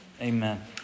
Amen